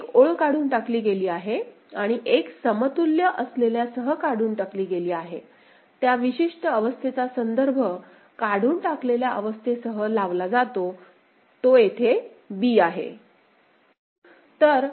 एक ओळ काढून टाकली गेली आहे आणि एक समतुल्य असलेल्यासह काढून टाकली गेली आहे त्या विशिष्ट अवस्थेचा संदर्भ काढून टाकलेल्या अवस्थेसह लावला जातो तो येथे b आहे